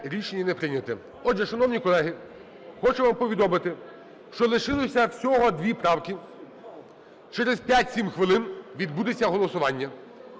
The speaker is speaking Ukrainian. Рішення не прийнято. Отже, шановні колеги, хочу вам повідомити, що лишилося всього дві правки, через 5-7 хвилин відбудеться голосування.